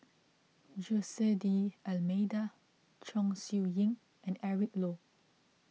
Jose D'Almeida Chong Siew Ying and Eric Low